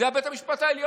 זה היה בית המשפט העליון.